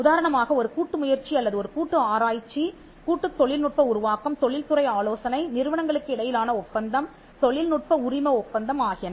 உதாரணமாக ஒரு கூட்டுமுயற்சி அல்லது ஒரு கூட்டு ஆராய்ச்சிகூட்டுத் தொழில் நுட்ப உருவாக்கம் தொழில் துறை ஆலோசனை நிறுவனங்களுக்கு இடையிலான ஒப்பந்தம் தொழில்நுட்ப உரிம ஒப்பந்தம் ஆகியன